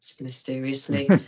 mysteriously